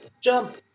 Jump